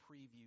preview